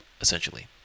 essentially